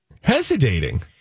Hesitating